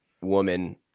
woman